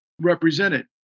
represented